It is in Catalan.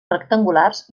rectangulars